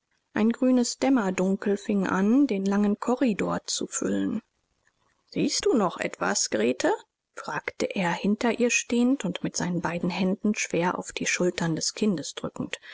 ein graues dämmerdunkel fing an den langen korridor zu füllen siehst du noch etwas grete fragte er hinter ihr stehend und mit seinen beiden händen schwer auf die schultern des kindes drückend